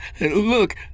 Look